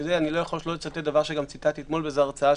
אני לא יכול שלא לצטט דבר שציטטתי אתמול באיזו הרצאה,